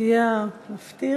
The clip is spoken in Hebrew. תהיה המפטיר.